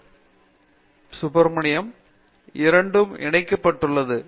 அனந்த சுப்பிரமணியன் இரண்டும் இணைக்கப்பட்டுள்ளது